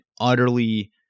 utterly